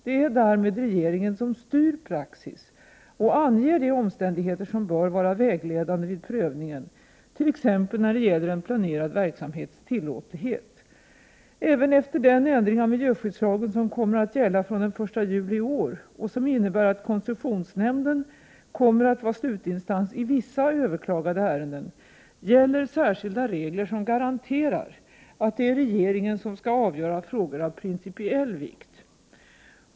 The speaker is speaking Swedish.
Det är därmed regeringen som styr praxis och anger de omständigheter som bör vara vägledande vid prövningen, t.ex. när det gäller en planerad verksamhets tillåtlighet. Även efter den ändring av miljöskyddslagen som kommer att gälla från den 1 juli i år och som innebär att koncessionsnämnden kommer att vara slutinstans i vissa överklagade ärenden gäller särskilda regler som garanterar att det är regeringen som skall avgöra frågor av principiell vikt.